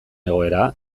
egoera